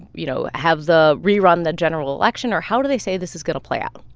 you know, have the rerun the general election? or how do they say this is going to play out?